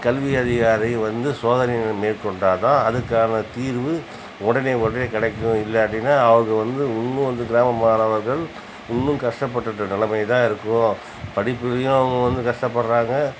கல்வி அதிகாரிகள் வந்து சோதனையை மேற்கொண்டாதான் அதுக்கான தீர்வு உடனே உடனே கிடைக்கும் இல்லாட்டினா அவங்க வந்து இன்னும் வந்து கிராம மாணவர்கள் இன்னும் கஷ்ப்பட்டுகிட்டு நெலைமைதான் இருக்கும் படிப்புலேயும் அவங்க வந்து கஷ்டப்படுகிறாங்க